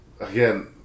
Again